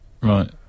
Right